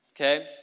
Okay